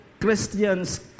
Christians